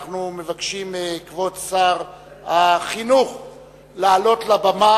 אנחנו מבקשים מכבוד שר החינוך לעלות לבמה